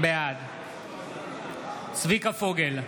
בעד צביקה פוגל,